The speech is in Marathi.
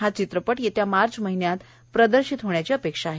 हा चित्रपट येत्या मार्च महिन्यात प्रदर्शित होण्याची अपेक्षा आहे